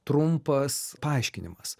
trumpas paaiškinimas